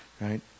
Right